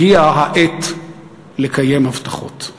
הגיעה העת לקיים הבטחות.